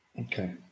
Okay